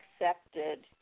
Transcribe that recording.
accepted